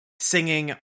Singing